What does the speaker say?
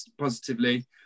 positively